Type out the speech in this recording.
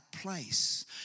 place